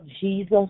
jesus